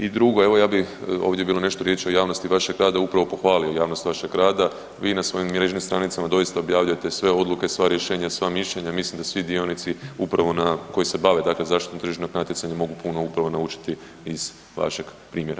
I drugo, evo ja bi, ovdje je bilo nešto riječi o javnosti vašeg rada, upravo pohvalio javnost vašeg rada, vi na svojim mrežnim stranicama doista objavljujete sve odluke, sva rješenja i sva mišljenja, mislim da svi dionici upravo koji se bave dakle zaštitom tržišnog natjecanja, mogu puno upravo naučiti iz vašeg primjera.